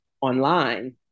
online